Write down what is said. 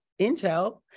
intel